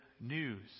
news